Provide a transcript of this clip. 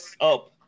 up